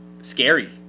scary